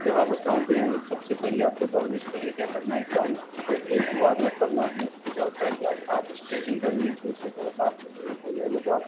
जब आप उस ग्राउंड पर जाएंगे तो सबसे पहले आप दौड़ने से पहले क्या करना है ग्राउंड पे एक वार्म अप करना है इससे क्या होता है कि आ आप स्ट्रेचिंग करनी है तो इससे आप थोड़ा सा आपके शरीर खुल जाएगा तो आप